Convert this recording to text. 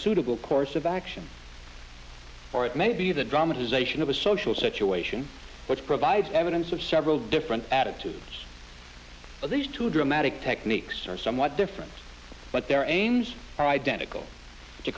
suitable course of action or it may be the drama zation of a social situation which provides evidence of several different attitudes of these two dramatic techniques are somewhat different but there and are identical to